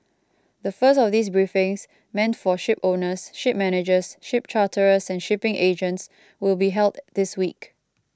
the first of these briefings meant for shipowners ship managers ship charterers and shipping agents will be held this week